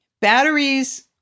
Batteries